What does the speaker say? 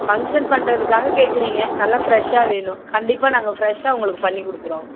function பண்ணுறதுக்காக கேக்கிறீங்க நல்லா ஃப்ரெஷ்ஷாக வேணும் கண்டிப்பாக நாங்கள் ஃப்ரெஷ்ஷாக உங்களுக்கு பண்ணி கொடுக்குறோம்